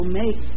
make